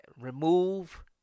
remove